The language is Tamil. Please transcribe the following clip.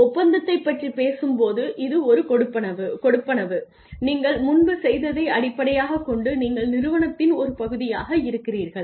ஒப்பந்தத்தைப் பற்றிப் பேசும்போது இது ஒரு கொடுப்பனவு நீங்கள் முன்பு செய்ததை அடிப்படையாகக் கொண்டு நீங்கள் நிறுவனத்தின் ஒரு பகுதியாக இருக்கிறீர்கள்